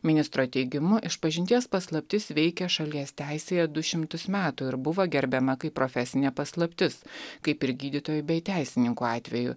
ministro teigimu išpažinties paslaptis veikia šalies teisėje du šimtus metų ir buvo gerbiama kaip profesinė paslaptis kaip ir gydytojų bei teisininkų atveju